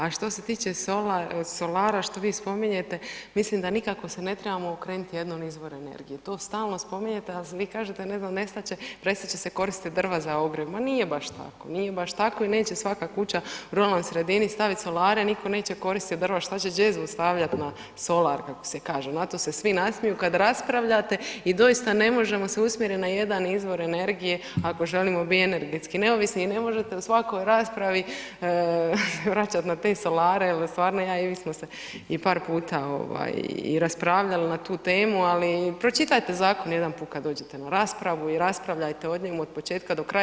A što se tiče solara što vi spominjete mislim da nikako se ne trebamo jednom izvoru energije, to stalo spominjete, a vi kažete ne znam nestat će prestat će se koristiti drva za ogrjev, ma nije baš tako, nije baš tako i neće svaka kuća u ruralnoj sredini stavit solare, nitko neće koristit drva, šta će džezvu stavljati na solar kako se kaže, na to se svi nasmiju kad raspravljate i doista ne možemo se usmjerit na jedan izvor energije ako želimo bit energetski neovisni i ne možete u svakoj raspravi vraćat na te solare jer stvarno ja i vi smo se par puta ovaj i raspravljali na tu temu, ali pročitajte zakon jedan put kad dođete na raspravu i raspravljajte o njemu od početka do kraja.